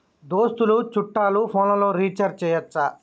దోస్తులు చుట్టాలు ఫోన్లలో రీఛార్జి చేయచ్చా?